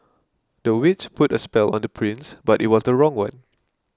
the witch put a spell on the prince but it was the wrong one